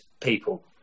people